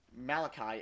Malachi